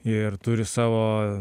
ir turi savo